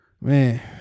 Man